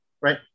right